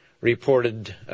reported